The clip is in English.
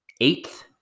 eighth